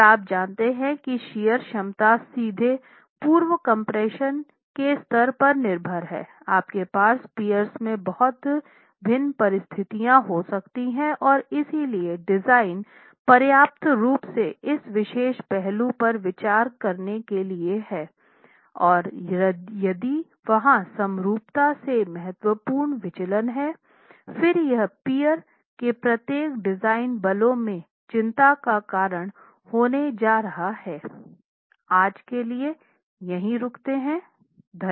और आप जानते हैं कि शियर क्षमता सीधे पूर्व कम्प्रेशन के स्तर पर निर्भर है आपके पास पियर्स में बहुत भिन्न परिस्थितियां हो सकती हैं और इसलिए डिज़ाइन पर्याप्त रूप से इस विशेष पहलू पर विचार करने के लिए हैं और यदि वहाँ समरूपता से महत्वपूर्ण विचलन हैं फिर वह पियर के प्रत्येक डिज़ाइन बलों में चिंता का कारण होने जा रहा है